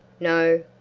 no,